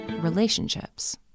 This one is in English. relationships